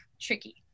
tricky